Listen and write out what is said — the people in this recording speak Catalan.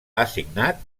assignat